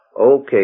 Okay